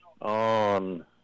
on